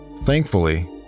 thankfully